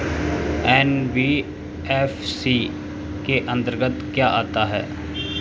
NBFC के अंतर्गत क्या आता है?